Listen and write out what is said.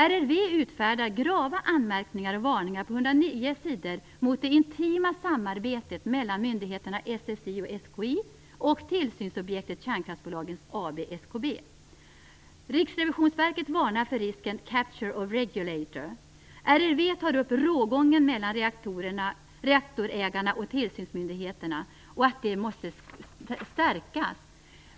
RRV utfärdar grava anmärkningar och varningar på 109 s. mot det intima samarbetet mellan myndigheterna SSI och SKI och tillsynsobjektet, kärnkraftsbolagens bolag SKB. Riksrevisionsverket varnar för risken Capture of regulator. RRV menar att rågången mellan reaktorägarna och tillsynsmyndigheterna måste stärkas.